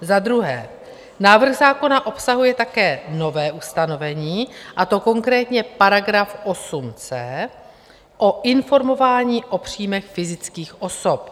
Za druhé návrh zákona obsahuje také nové ustanovení, a to konkrétně § 8c, o informování o příjmech fyzických osob.